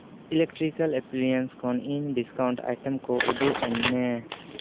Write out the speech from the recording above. electrical appliances ᱠᱷᱚᱱ ᱤᱧ discount item ᱠᱚ ᱩᱫᱩᱜ ᱟᱧᱢᱮ